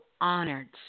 honored